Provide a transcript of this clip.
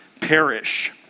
perish